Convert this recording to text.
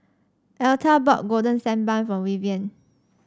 Elta bought Golden Sand Bun for Vivienne